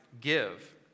give